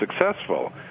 successful